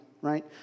right